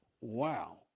Wow